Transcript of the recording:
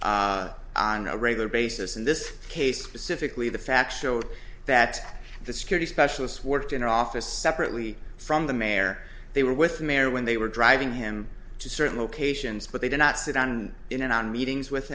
mayor on a regular basis in this case specifically the facts show that the security specialists worked in our office separately from the mayor they were with mayor when they were driving him to certain locations but they did not sit and in and out meetings with